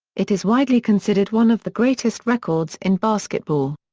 it is widely considered one of the greatest records in basketball.